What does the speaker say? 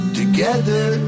together